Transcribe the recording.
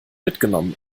mitgenommen